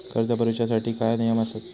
कर्ज भरूच्या साठी काय नियम आसत?